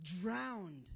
drowned